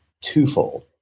twofold